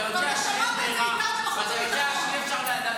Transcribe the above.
ואתה יודע שאין ברירה.